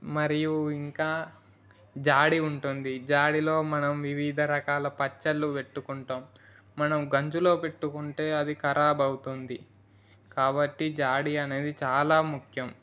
మరియు ఇంకా జాడీ ఉంటుంది జాడీలో మనం వివిధ రకాల పచ్చళ్ళు పెట్టుకుంటాం మనం గంజులో పెట్టుకుంటే అది ఖరాబు అవుతుంది కాబట్టి జాడీ అనేది చాలా ముఖ్యం